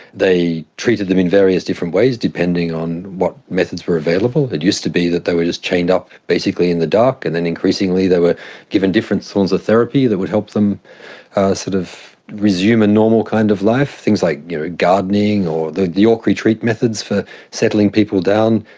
they treated them in various different ways depending on what methods were available. it used to be that they were just chained up basically in the dark, and then increasingly they were given different forms of therapy that would help them sort of resume a normal kind of life, things like gardening or the york retreat methods for settling people down,